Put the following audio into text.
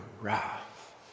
wrath